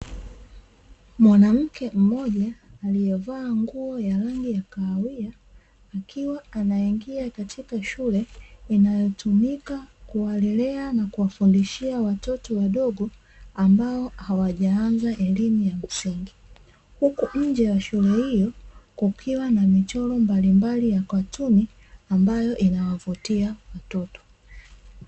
Mwanamke mmoja, aliyevaa nguo ya rangi ya kahawia akiwa anaingia katika shule inayotumika kuwalelea na kuwafundishia watoto wadogo, ambao hawajaanza elimu ya msingi. Huku nje ya shule hiyo kukiwa na michoro mbalimbali ya katuni ambayo inawavutia watoto.